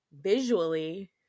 visually